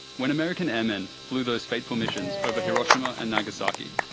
when american airmen flew those fateful missions over hiroshima and nagasaki,